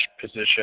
position